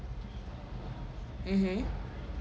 mmhmm